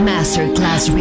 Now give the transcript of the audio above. Masterclass